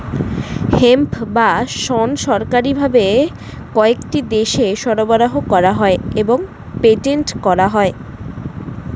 hemp বা শণ সরকারি ভাবে কয়েকটি দেশে সরবরাহ করা হয় এবং পেটেন্ট করা হয়